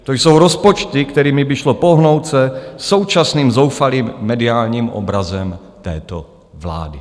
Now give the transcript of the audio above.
To jsou rozpočty, kterými by šlo pohnout se současným zoufalým mediálním obrazem této vlády.